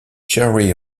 cherry